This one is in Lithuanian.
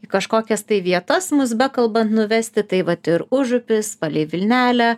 į kažkokias tai vietas mus bekalban nuvesti tai vat ir užupis palei vilnelę